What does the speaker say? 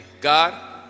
God